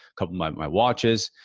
couple of my watches.